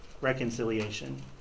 reconciliation